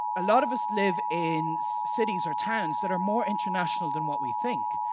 a lot of us live in cities or towns that are more international than what we think,